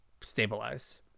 stabilize